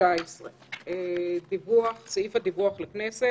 הסתייגות מס'